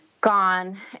gone